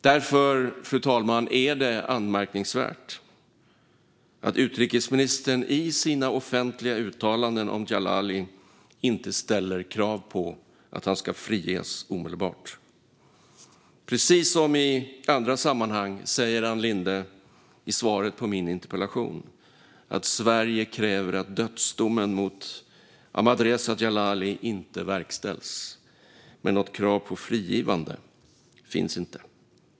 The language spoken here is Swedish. Därför, fru talman, är det anmärkningsvärt att utrikesministern i sina offentliga uttalanden om Djalali inte ställer krav på att han omedelbart ska friges. Precis som i andra sammanhang säger Ann Linde i svaret på min interpellation att "Sverige kräver att dödsdomen mot Ahmadreza Djalali inte verkställs". Men något krav på frigivande finns inte.